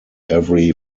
every